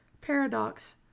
paradox